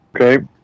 Okay